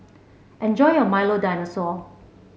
enjoy your Milo Dinosaur